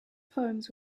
poems